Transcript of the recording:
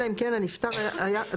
אלא אם כן הנפטר היה חייל...